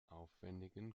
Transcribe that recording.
aufwendigen